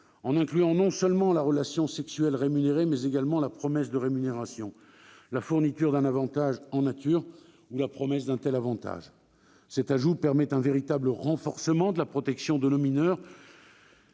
en incluant, non seulement la relation sexuelle rémunérée, mais également la promesse de rémunération, la fourniture d'un avantage en nature ou la promesse d'un tel avantage. Cette disposition contribue à renforcer véritablement la protection de nos mineurs.